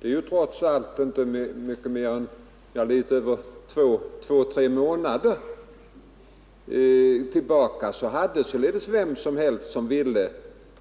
Det är trots allt inte mer än två tre månader sedan vem som helst som ville